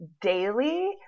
daily